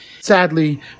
Sadly